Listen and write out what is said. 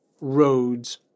roads